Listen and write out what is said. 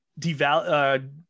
deval